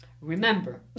Remember